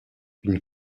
une